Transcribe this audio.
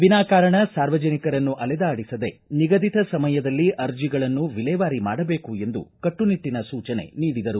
ವಿನಾಕಾರಣ ಸಾರ್ವಜನಿಕರನ್ನು ಅಲೆದಾಡಿಸದೇ ನಿಗದಿತ ಸಮಯದಲ್ಲಿ ಅರ್ಜಿಗಳನ್ನು ವಿಲೇವಾರಿ ಮಾಡಬೇಕು ಎಂದು ಕಟ್ಟುನಿಟ್ಟಿನ ಸೂಚನೆ ನೀಡಿದರು